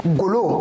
golo